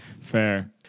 fair